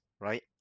right